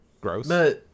Gross